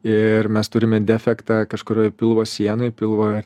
ir mes turime defektą kažkurioj pilvo sienoj pilvo